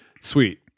sweet